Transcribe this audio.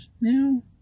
now